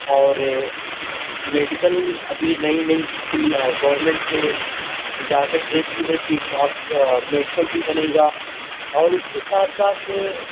اور میڈیکل ابھی نئی نئی بالکل گورمنٹ نے اجازت دے دی ہے کہ اب میڈیکل بھی بنے گا اور اس کے ساتھ ساتھ